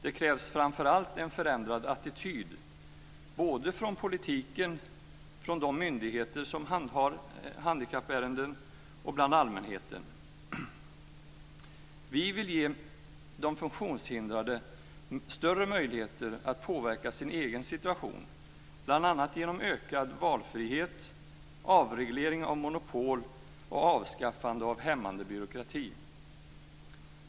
Det krävs framför allt en förändrad attityd, såväl från politiken och från de myndigheter som handhar handikappärenden som bland allmänheten. Vi vill ge de funktionshindrade större möjligheter att påverka sin egen situation bl.a. genom ökad valfrihet, avreglering av monopol och avskaffande av hämmande byråkrati.